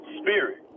spirit